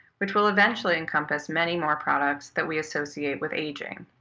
which will eventually encompass many more products that we associate with aging.